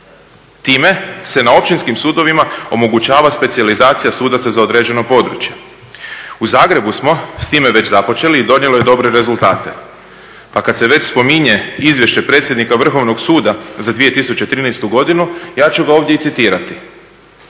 Time se na Općinskim sudovima omogućava specijalizacija sudaca za određeno područje. U Zagrebu smo s time već započeli i donijelo je dobre rezultate, pa kad se već spominje Izvješće predsjednika Vrhovnog suda za 2013. godinu ja ću ga ovdje i citirati.